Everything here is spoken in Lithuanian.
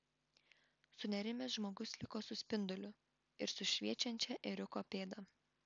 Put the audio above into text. sunerimęs žmogus liko su spinduliu ir su šviečiančia ėriuko pėda